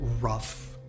rough